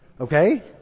Okay